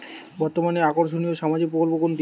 বর্তমানে আকর্ষনিয় সামাজিক প্রকল্প কোনটি?